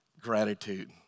gratitude